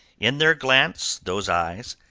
in their glance those eyes,